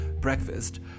breakfast